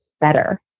better